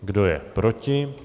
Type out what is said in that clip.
Kdo je proti?